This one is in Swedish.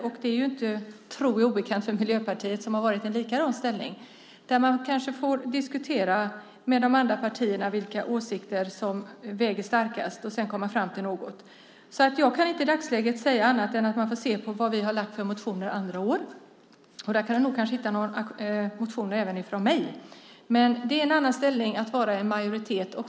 Jag tror inte att det är obekant för Miljöpartiet som ju också varit i situationen att man kanske får diskutera med de andra partierna vilka åsikter som väger tyngst och sedan komma fram till något. I dagsläget kan jag därför inte säga annat än att man får se på vilka motioner vi under tidigare år har väckt. Kanske kan ni hitta någon motion också från mig. Det är i alla fall någonting annat att vara i majoritet.